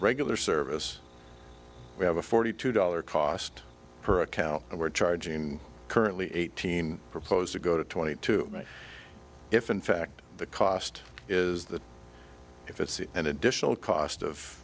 regular service we have a forty two dollars cost per account and we're charging currently eighteen proposed to go to twenty two if in fact the cost is that if it's an additional cost of